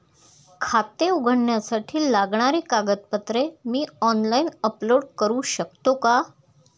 खाते उघडण्यासाठी लागणारी कागदपत्रे मी ऑनलाइन अपलोड करू शकतो का?